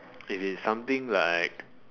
it is something like